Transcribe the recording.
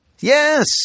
Yes